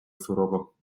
surowo